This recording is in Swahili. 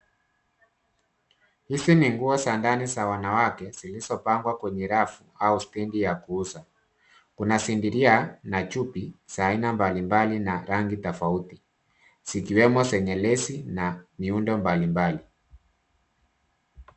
Hizi ni nguo za ndani za wanawake zilizopangwa kwenye rafu au stendi ya kuuza kuna sindiria na chupi za aina mbalimbali na rangi tofauti zikiwemo zenye lesi na miundo mbalimbali.